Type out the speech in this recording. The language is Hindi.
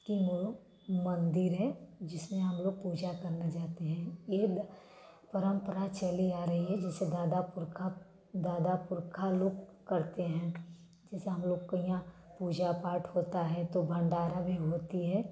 मंदिर है जिसमें हम लोग पूजा करने जाते हैं ये परम्परा चली आ रही है जैसे दादा पुरखा दादा पुरखा लोग करते हैं जैसे हम लोग के यहाँ पूजा पाठ होता हैं तो भंडारा भी होती है